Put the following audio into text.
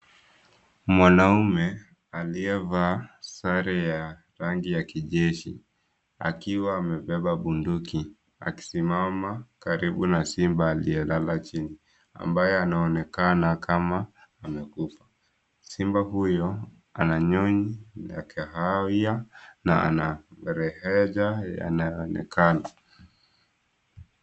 Mwanaume, aliyevaa sare ya rangi ya kijeshi, akiwa amebeba bunduki, akisimama karibu na simba aliyelala chini, ambaye anaonekana kama amekufa. Simba huyo, ananyonyi ya kahawia na anareheja yanaonekana.